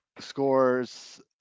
scores